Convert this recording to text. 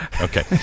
okay